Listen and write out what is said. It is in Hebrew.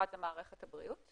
אחד זה מערכת הבריאות,